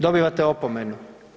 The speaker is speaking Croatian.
Dobivate opomenu.